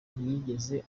ntiyigeze